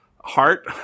heart